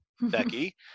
Becky